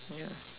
yeah